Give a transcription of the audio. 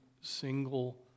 single